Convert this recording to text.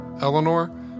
Eleanor